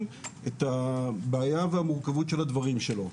את הבעיה והמורכבות של הדברים שלו.